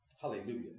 Hallelujah